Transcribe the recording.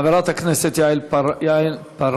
חברת הכנסת יעל פארן.